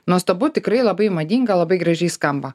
nuostabu tikrai labai madinga labai gražiai skamba